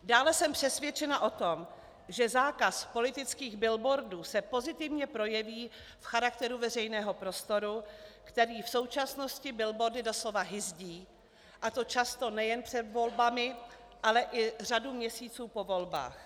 Dále jsem přesvědčena o tom, že zákaz politických billboardů se pozitivně projeví v charakteru veřejného prostoru, který v současnosti billboardy doslova hyzdí, a to často nejen před volbami, ale i řadu měsíců po volbách.